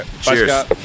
Cheers